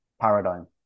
paradigm